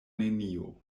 nenio